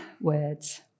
words